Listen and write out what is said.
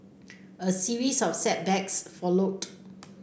a series of setbacks followed